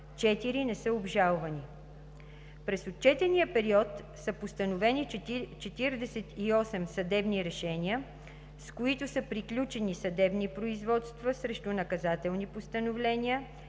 4 не са обжалвани. През отчетния период са постановени 48 съдебни решения, с които са приключени съдебни производства срещу наказателни постановления,